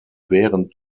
während